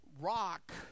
rock